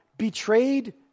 betrayed